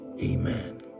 Amen